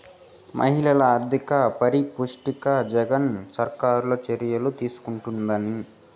మహిళల ఆర్థిక పరిపుష్టికి జగన్ సర్కారు చర్యలు తీసుకుంటున్నది